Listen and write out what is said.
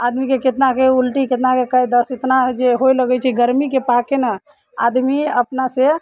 आदमीके केतनाके उल्टी केतनाके दस्त इतना जे होइ लगैत छै गर्मीके पाके ने आदमी अपना से